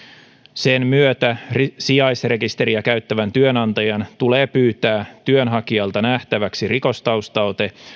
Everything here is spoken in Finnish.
sen myötä sijaisrekisteriä käyttävän työnantajan tulee pyytää työnhakijalta nähtäväksi rikostaustaote